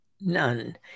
none